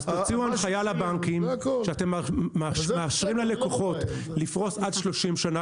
אז תוציאו הנחיה לבנקים שאתם מאשרים ללקוחות לפרוס עד 30 שנה,